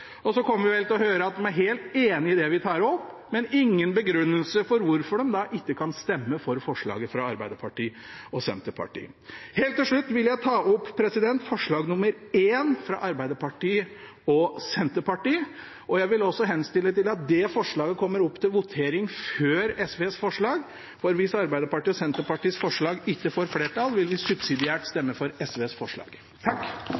kommer vel også til å få høre at de er helt enig i det vi tar opp, men så kommer det ingen begrunnelse for hvorfor de da ikke kan stemme for forslaget fra Arbeiderpartiet og Senterpartiet. Helt til slutt vil jeg ta opp forslag nr. 1, fra Arbeiderpartiet og Senterpartiet. Jeg vil også henstille om at det forslaget kommer opp til votering før SVs forslag, for hvis Arbeiderpartiet og Senterpartiets forslag ikke får flertall, vil vi subsidiært